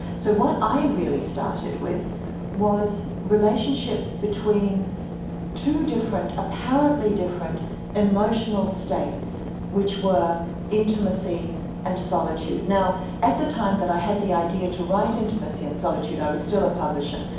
so what i really started with was relationship between two different, apparently different emotional states which were intimacy and solitude. now at the time that i had the idea to write intimacy and solitude, i was still a publisher,